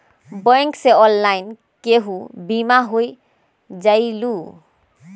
Bank से online केहु बिमा हो जाईलु?